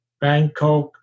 Bangkok